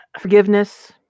forgiveness